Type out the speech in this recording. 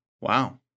Wow